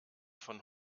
von